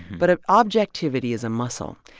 but if objectivity is a muscle,